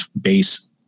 base